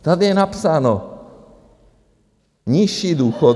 Tady je napsáno: nižší důchody.